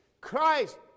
Christ